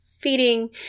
feeding